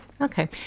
Okay